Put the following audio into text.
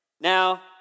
Now